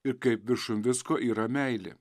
ir kaip viršum visko yra meilė